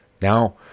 now